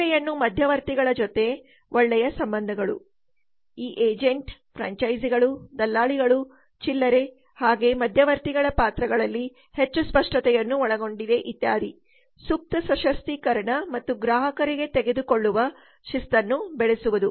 ಸೇವೆಯನ್ನು ಮಧ್ಯವರ್ತಿಗಳ ಜೊತೆ ಒಳ್ಳೆಯ ಸಂಬಂಧಗಳು ಈ ಏಜೆಂಟ್ ಫ್ರಾಂಚೈಸಿಗಳು ದಲ್ಲಾಳಿಗಳು ಚಿಲ್ಲರೆ ಹಾಗೆ ಮಧ್ಯವರ್ತಿಗಳ ಪಾತ್ರಗಳಲ್ಲಿ ಹೆಚ್ಚು ಸ್ಪಷ್ಟತೆಯನ್ನು ಒಳಗೊಂಡಿದೆ ಇತ್ಯಾದಿ ಸೂಕ್ತ ಸಶಕ್ತೀಕರಣ ಮತ್ತು ಗ್ರಾಹಕರಿಗೆ ತೆಗೆದುಕೊಳ್ಳುವ ಶಿಸ್ತನ್ನು ಬೆಳೆಸುವುದು